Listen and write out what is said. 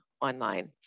online